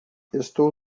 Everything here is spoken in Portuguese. estou